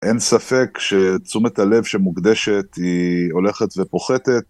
אין ספק תשומת הלב שמוקדשת היא הולכת ופוחתת.